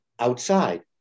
Outside